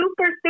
super